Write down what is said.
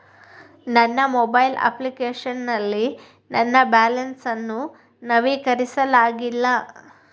ನನ್ನ mobile application ನಲ್ಲಿ ನನ್ನ ಬ್ಯಾಲೆನ್ಸ್ ಅನ್ನು ನವೀಕರಿಸಲಾಗಿಲ್ಲ